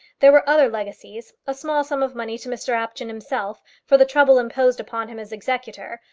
there were other legacies a small sum of money to mr apjohn himself, for the trouble imposed upon him as executor,